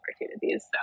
opportunities